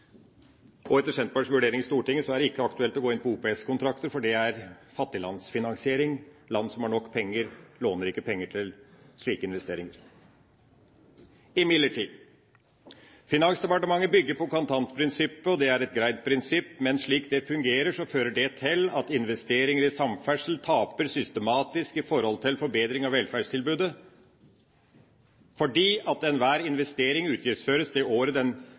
Etter Senterpartiets vurdering i Stortinget er det ikke aktuelt å gå inn på OPS-kontrakter, for det er fattiglandsfinansiering. Land som har nok penger, låner ikke penger til slike investeringer. Imidlertid, Finansdepartementet bygger på kontantprinsippet, og det er et greit prinsipp. Men slik det fungerer, fører det til at investeringer i samferdsel taper systematisk i forhold til forbedring av velferdstilbudet, fordi enhver investering utgiftsføres det året